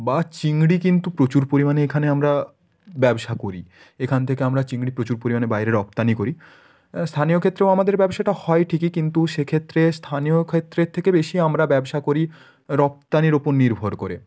বা চিংড়ি কিন্তু প্রচুর পরিমাণে এখানে আমরা ব্যবসা করি এখান থেকে আমরা চিংড়ি প্রচুর পরিমাণে বাইরে রপ্তানি করি হ্যাঁ স্থানীয় ক্ষেত্রেও আমাদের ব্যবসাটা হয় ঠিকই কিন্তু সেক্ষেত্রে স্থানীয় ক্ষেত্রের থেকে বেশি আমরা ব্যবসা করি রপ্তানির ওপর নির্ভর করে